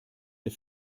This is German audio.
der